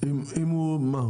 --- אם הוא מה?